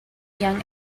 young